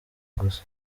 gusa